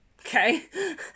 okay